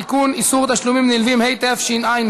חוק ומשפט,